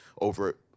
over